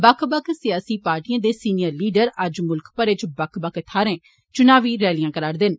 बक्ख बक्ख सियासी पार्टिएं दे सीनियर लीडर अज्ज मुल्ख भरै च बक्ख बक्ख थाहूँ च्नावी रैलियां कराशदे न